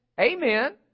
Amen